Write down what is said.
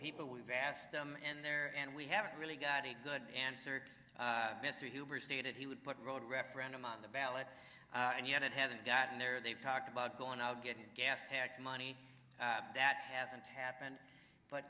people we've asked them and there and we haven't really got a good answer mr hoover stated he would put a road referendum on the ballot and yet it hasn't gotten there they've talked about going out getting gas tax money that hasn't happened but